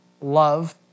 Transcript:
love